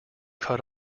cut